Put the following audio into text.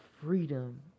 freedom